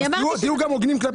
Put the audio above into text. תהיו הוגנים גם כלפי החקלאים.